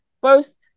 first